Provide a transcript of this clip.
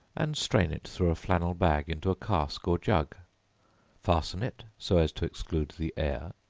and strain it through a flannel bag into a cask or jug fasten it so as to exclude the air